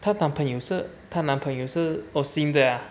她男朋友是她男朋友是 osim 的 ah